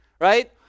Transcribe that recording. Right